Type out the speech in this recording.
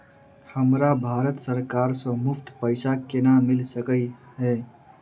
हमरा भारत सरकार सँ मुफ्त पैसा केना मिल सकै है?